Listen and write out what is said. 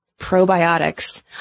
Probiotics